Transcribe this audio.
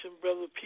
Brother